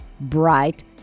bright